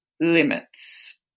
limits